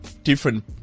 different